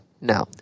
No